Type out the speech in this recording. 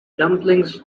dumplings